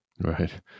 Right